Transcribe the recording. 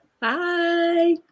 Bye